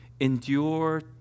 Endure